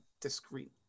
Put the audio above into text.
discreet